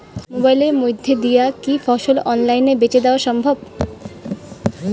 মোবাইলের মইধ্যে দিয়া কি ফসল অনলাইনে বেঁচে দেওয়া সম্ভব?